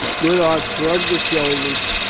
goodhart shrugged his shoulders.